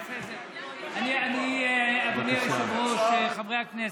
אדוני היושב-ראש, חברי הכנסת,